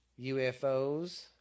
UFOs